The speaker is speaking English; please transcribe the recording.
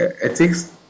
ethics